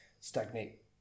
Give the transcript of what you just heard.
stagnate